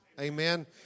Amen